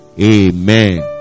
amen